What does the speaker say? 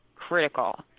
critical